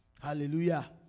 Hallelujah